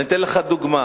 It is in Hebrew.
אני אתן לך דוגמה.